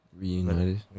Reunited